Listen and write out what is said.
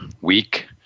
week